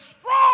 strong